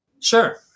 Sure